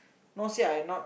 not say I not